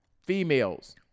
Females